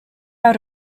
out